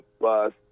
bus